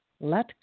Let